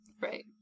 Right